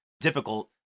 difficult